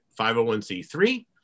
501C3